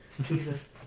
Jesus